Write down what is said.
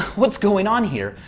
what's going on here?